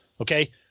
okay